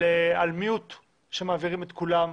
על מיוט שמעבירים את כולם,